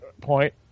point